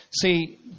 See